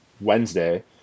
wednesday